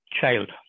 child